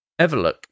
Everlook